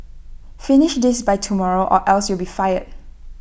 finish this by tomorrow or else you'll be fired